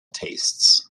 tastes